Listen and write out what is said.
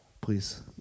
Please